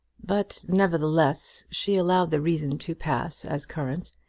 but, nevertheless, she allowed the reason to pass as current,